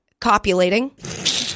copulating